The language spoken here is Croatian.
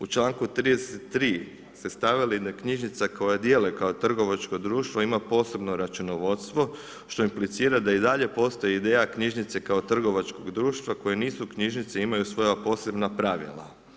U članku 33. ste stavili da knjižnica koju dijele kao trgovačko društvo ima posebno računovodstvo što implicira da i dalje postoji ideja knjižnice kao trgovačkog društva koje nisu knjižnice a imaju svoja posebna pravila.